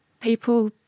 People